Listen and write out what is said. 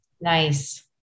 Nice